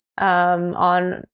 on